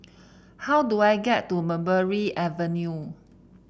how do I get to Mulberry Avenue